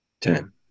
ten